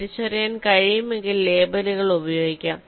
തിരിച്ചറിയാൻ കഴിയുമെങ്കിൽ ലേബലുകൾ ഉപയോഗിക്കാം